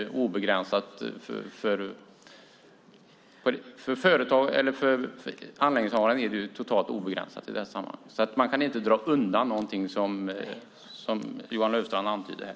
Anläggningshavarens ansvar är totalt obegränsat i det här sammanhanget, så man kan inte dra undan någonting, som Johan Löfstrand antydde här.